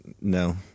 No